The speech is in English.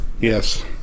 Yes